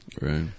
Right